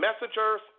messengers